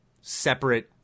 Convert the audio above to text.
separate